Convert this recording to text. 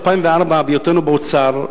בהיותנו באוצר,